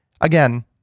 again